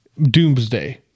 Doomsday